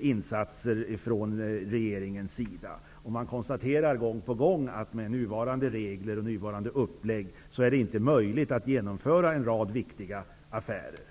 insatser från regeringens sida. Man konstaterar gång på gång att med nuvarande regler är det inte möjligt att genomföra en rad viktiga affärer.